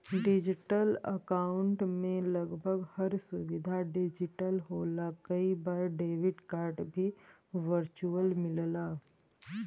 digital account में लगभग हर सुविधा डिजिटल होला कई बार डेबिट कार्ड भी वर्चुअल मिलला